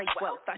wealth